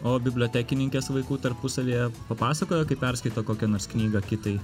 o bibliotekininkės vaikų tarpusavyje papasakoja kai perskaito kokią nors knygą kitai